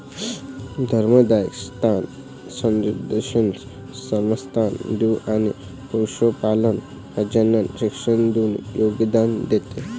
धर्मादाय संस्था संशोधनास समर्थन देऊन आणि पशुपालन प्रजनन शिक्षण देऊन योगदान देते